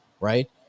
right